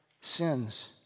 sins